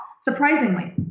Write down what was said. Surprisingly